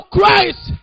Christ